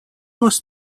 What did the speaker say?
was